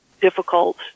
difficult